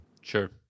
Sure